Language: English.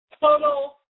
Total